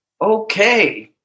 Okay